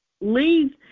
leave